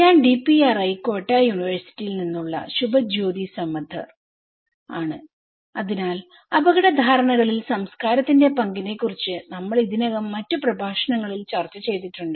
ഞാൻ DPRI Kyoto യൂണിവേഴ്സിറ്റിയിൽ നിന്നുള്ള ശുഭജ്യോതി സമദ്ദർആണ് അതിനാൽ അപകട ധാരണകളിൽ സംസ്കാരത്തിന്റെ പങ്കിനെക്കുറിച്ച് നമ്മൾ ഇതിനകം മറ്റ് പ്രഭാഷണങ്ങളിൽ ചർച്ച ചെയ്തിട്ടുണ്ട്